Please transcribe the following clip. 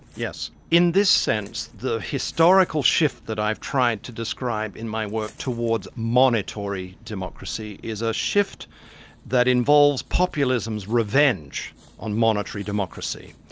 yes. in this sense, the historical shift that i've tried to describe it in my work towards monitory democracy is a shift that involves populism's revenge on monitory democracy.